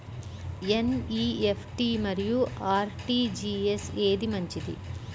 NEFT మరియు RTGS ఏది మంచిది?